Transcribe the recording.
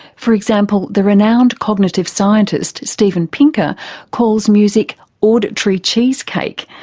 for example, the renowned cognitive scientist steven pinker calls music auditory cheesecake,